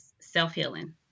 self-healing